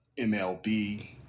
MLB